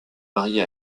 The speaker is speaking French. marié